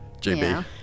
JB